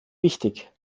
wichtig